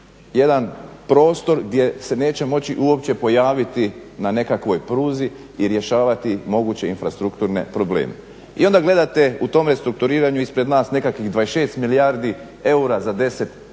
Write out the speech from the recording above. jedan prostor gdje se neće moći uopće pojaviti na nekakvoj pruzi i rješavati moguće infrastrukturne probleme. I onda gledate u tom restrukturiranju ispred nas nekakvih 26 milijardi eura za 10 važnih